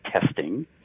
testing